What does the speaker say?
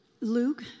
Luke